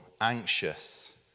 anxious